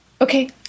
Okay